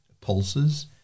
pulses